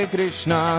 Krishna